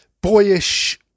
boyish